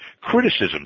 criticism